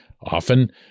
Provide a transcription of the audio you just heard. often